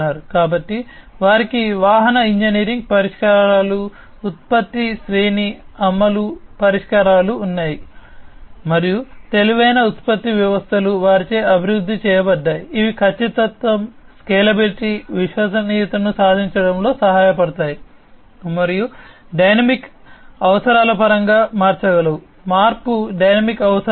కాబట్టి వారికి వాహన ఇంజనీరింగ్ పరిష్కారాలుఉత్పత్తి శ్రేణి అమలు పరిష్కారాలు ఉన్నాయి మరియు తెలివైన ఉత్పత్తి వ్యవస్థలు వారిచే అభివృద్ధి చేయబడ్డాయి ఇవి ఖచ్చితత్వం స్కేలబిలిటీ విశ్వసనీయతను సాధించడంలో సహాయపడతాయి మరియు డైనమిక్ అవసరాల పరంగా మార్చగలవు మార్పు డైనమిక్ అవసరాలు